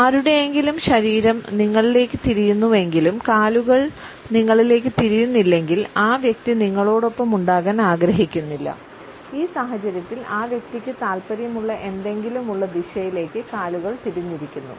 ആരുടെയെങ്കിലും ശരീരം നിങ്ങളിലേക്ക് തിരിയുന്നുവെങ്കിലും കാലുകൾ നിങ്ങളിലേക്ക് തിരിയുന്നില്ലെങ്കിൽ ആ വ്യക്തി നിങ്ങളോടൊപ്പമുണ്ടാകാൻ ആഗ്രഹിക്കുന്നില്ല ഈ സാഹചര്യത്തിൽ ആ വ്യക്തിക്ക് താൽപ്പര്യമുള്ള എന്തെങ്കിലും ഉള്ള ദിശയിലേക്ക് കാലുകൾ തിരിഞ്ഞിരിക്കുന്നു